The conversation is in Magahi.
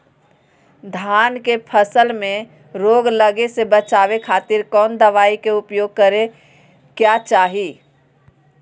धान के फसल मैं रोग लगे से बचावे खातिर कौन दवाई के उपयोग करें क्या चाहि?